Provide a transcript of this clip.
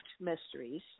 mysteries